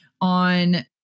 on